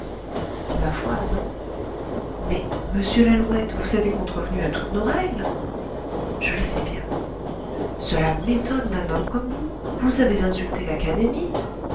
ma foi non mais monsieur lalouette vous avez contrevenu à toutes nos règles je le sais bien cela m'étonne d'un homme comme vous vous avez insulté l'académie